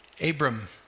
Abram